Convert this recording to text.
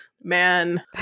Man